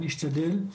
אני אשתדל.